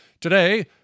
today